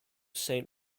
saint